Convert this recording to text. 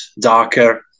darker